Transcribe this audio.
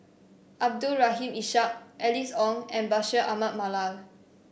Abdul Rahim Ishak Alice Ong and Bashir Ahmad Mallal